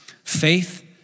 Faith